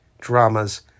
dramas